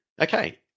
okay